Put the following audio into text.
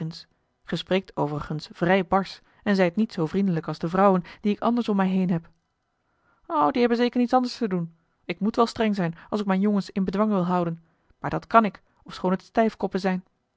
spreekt overigens vrij barsch en zijt niet zoo vriendelijk als de vrouwen die ik anders om mij heen heb o die hebben zeker niets anders te doen ik moet wel streng zijn als ik mijn jongens in bedwang wil houden maar dat kan ik ofschoon het stijfkoppen zijn